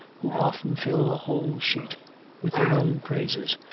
who often fill a whole sheet with their own praises,